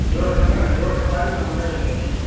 जोरसँ ब जोरसँ बाजू ने हम नहि सुनै छियै